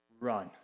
Run